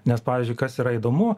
nes pavyzdžiui kas yra įdomu